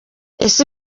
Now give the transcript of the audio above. ese